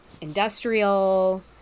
industrial